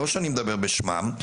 אני לא מדבר בשמם,